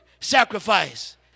sacrifice